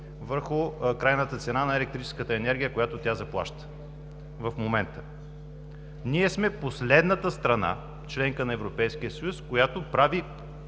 върху крайната цена на електрическата енергия, която тя заплаща в момента. Ние сме последната страна – членка на Европейския съюз, която,